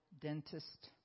dentist